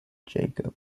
jacob